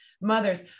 mothers